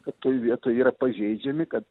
kad toj vietoj yra pažeidžiami kad